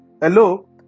Hello